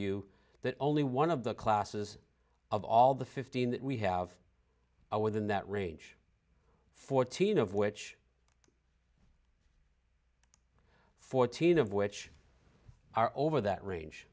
you that only one of the classes of all the fifteen that we have are within that range fourteen of which fourteen of which are over that range